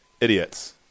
Idiots